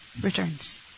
returns